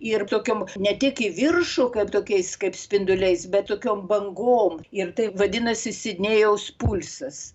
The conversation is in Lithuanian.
ir tokiom ne tik į viršų kad tokiais kaip spinduliais bet tokiom bangom ir tai vadinasi sidnėjaus pulsas